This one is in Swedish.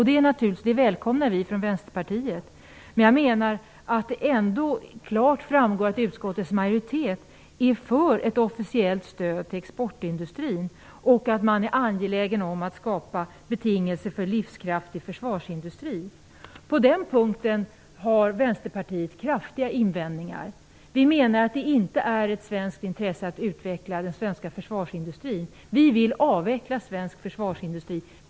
Det välkomnar vi från Vänsterpartiet, men jag menar att det ändå klart framgår att utskottets majoritet är för ett officiellt stöd till exportindustrin och att man är angelägen om att skapa betingelser för en livskraftig försvarsindustri. På den punkten har vi i Vänsterpartiet kraftiga invändningar. Vi menar att det inte är ett svenskt intresse att utveckla den svenska försvarsindustrin. Vi vill avveckla svensk försvarsindustri.